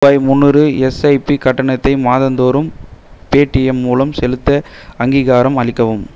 ரூபாய் முந்நூறு எஸ்ஐபி கட்டணத்தை மாதந்தோறும் பேடிஎம் மூலம் செலுத்த அங்கீகாரம் அளிக்கவும்